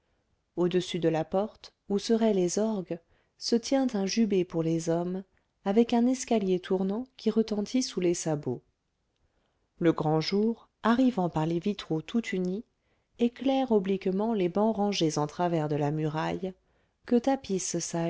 au-dessus de la porte où seraient les orgues se tient un jubé pour les hommes avec un escalier tournant qui retentit sous les sabots le grand jour arrivant par les vitraux tout unis éclaire obliquement les bancs rangés en travers de la muraille que tapisse